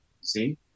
See